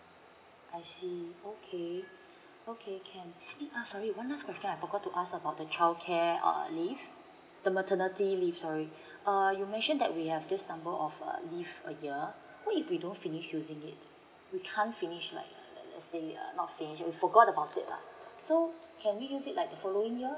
I see okay okay can ah sorry one last question I forgot to ask about the childcare ah leave the maternity leave sorry uh you mention that we have this number of uh leave a year what if we don't finish using it we can't finish like let's say a lot of pressure forgot about it lah so can we use it like the following year